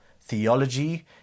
theology